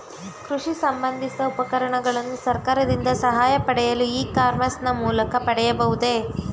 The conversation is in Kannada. ಕೃಷಿ ಸಂಬಂದಿಸಿದ ಉಪಕರಣಗಳನ್ನು ಸರ್ಕಾರದಿಂದ ಸಹಾಯ ಪಡೆಯಲು ಇ ಕಾಮರ್ಸ್ ನ ಮೂಲಕ ಪಡೆಯಬಹುದೇ?